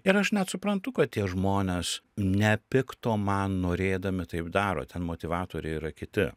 ir aš net suprantu kad tie žmonės ne pikto man norėdami taip daro ten motyvatoriai yra kiti